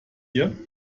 hier